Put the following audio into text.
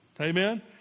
Amen